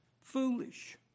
foolish